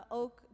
ook